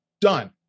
done